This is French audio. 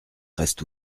reste